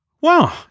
wow